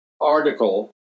article